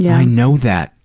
yeah i know that.